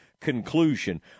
conclusion